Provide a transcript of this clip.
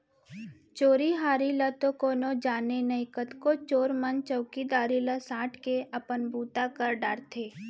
चोरी हारी ल तो कोनो जाने नई, कतको चोर मन चउकीदार ला सांट के अपन बूता कर डारथें